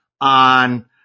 on